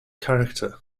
character